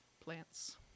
plants